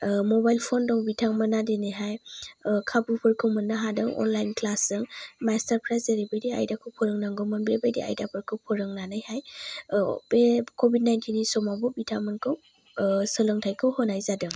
mobile phone दं बिथांमोनहा दिनैहाय खाबुफोरखौ मोननो हादों अनलाइन क्लासजों मासथारफ्रा जेरैबायदि आयदाखौ फोरोंनांगौमोन बेबायदि आयदाखौ फोरोंनानैहाय बे कभिड नाइनटिइननि समावबो बिथांमोनखौ सोलोंथायखौ होनाय जादों